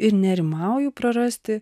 ir nerimauju prarasti